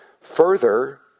Further